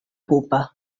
pupa